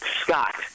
Scott